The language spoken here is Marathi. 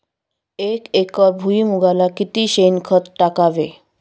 एक एकर भुईमुगाला किती शेणखत टाकावे?